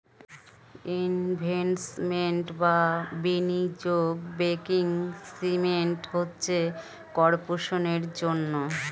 investment বা বিনিয়োগ banking system হচ্ছে কর্পোরেশনের জন্যে